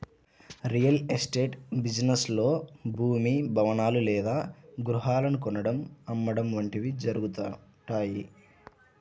real estate business లో భూమి, భవనాలు లేదా గృహాలను కొనడం, అమ్మడం వంటివి జరుగుతుంటాయి